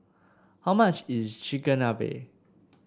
how much is Chigenabe